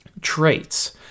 traits